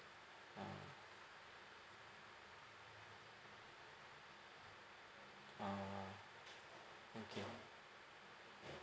ah ah okay